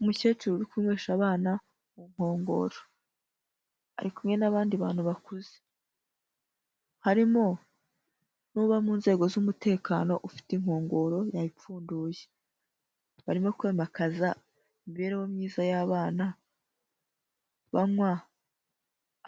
Umukecuru uri kunywesha abana ku nkongoro. Ari kumwe n'abandi bantu bakuze. Harimo n'uba mu nzego z'umutekano ufite inkongoro yayipfunduye. Barimo kwimakaza imibereho myiza y'abana, banywa